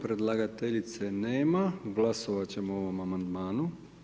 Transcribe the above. Predlagateljice nema, glasovat ćemo o ovom amandmanu.